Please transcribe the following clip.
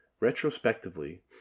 Retrospectively